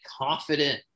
confident